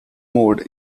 mode